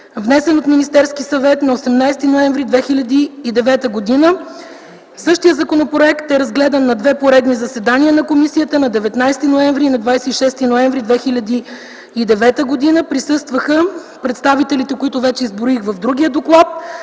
внесен от Министерския съвет на 18.11.2009 г. Същият законопроект е разгледан на две поредни заседания на комисията от 19 и 26 ноември 2009 г. Присъстваха представителите, които вече изброих в другия доклад.